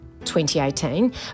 2018